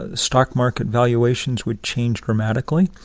ah stock market valuations would change dramatically.